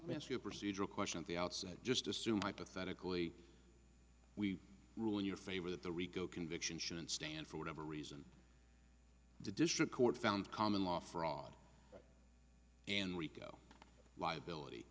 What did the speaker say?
a procedural question at the outset just assume hypothetically we rule in your favor that the rico conviction shouldn't stand for whatever reason the district court found common law fraud and rico liability